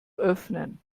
öffnen